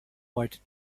what